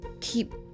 keep